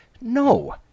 No